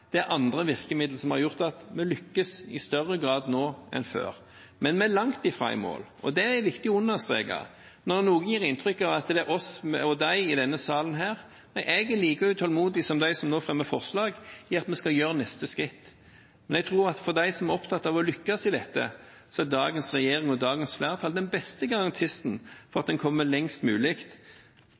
er andre virkemidler som har gjort at vi lykkes i større grad nå enn før. Men vi er langt ifra i mål, og det er det viktig å understreke når noen gir inntrykk av at det er vi og dem i denne salen: Jeg er like utålmodig som dem som nå fremmer forslag, med tanke på å ta neste skritt. Men jeg tror at for dem som er opptatt av å lykkes i dette, er dagens regjering og dagens flertall den beste garantisten for at en kommer lengst mulig.